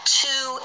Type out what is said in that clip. two